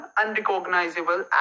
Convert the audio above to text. unrecognizable